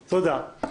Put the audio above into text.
תודה.